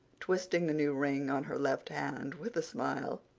twisting the new ring on her left hand with a smile.